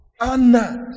Anna